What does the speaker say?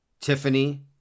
Tiffany